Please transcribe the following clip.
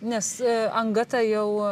nes anga ta jau